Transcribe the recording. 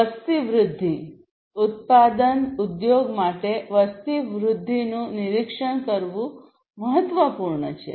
વસ્તી વૃદ્ધિ ઉત્પાદન ઉદ્યોગ માટે વસ્તી વૃદ્ધિનું નિરીક્ષણ કરવું મહત્વપૂર્ણ છે